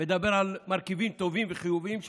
מדבר על מרכיבים טובים וחיוביים,